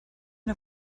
der